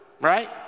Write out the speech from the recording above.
Right